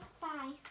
bye